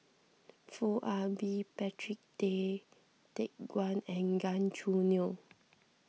Foo Ah Bee Patrick Tay Teck Guan and Gan Choo Neo